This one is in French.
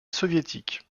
soviétique